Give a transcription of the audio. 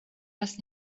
das